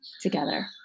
together